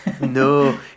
No